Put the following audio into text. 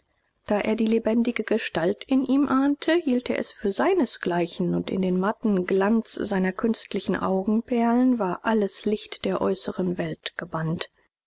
da er die lebendige gestalt in ihm ahnte hielt er es für seinesgleichen und in den matten glanz seiner künstlichen augenperlen war alles licht der äußeren welt gebannt